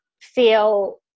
feel